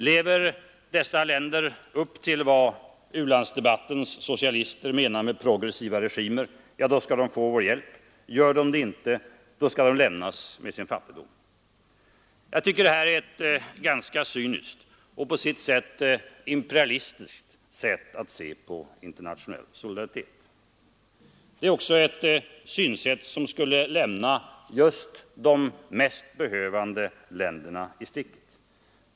Lever u-länderna upp till vad u-landsdebattens socialister menar med ”progressiva regimer”, då skall de få vår hjälp — gör de det inte, då skall de lämnas med sin fattigdom. Jag tycker att det är ett ganska cyniskt och på sitt vis ”imperialistiskt” sätt att se på internationell solidaritet. Det är också ett synsätt som skulle lämna just de mest behövande länderna i sticket.